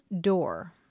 door